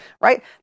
right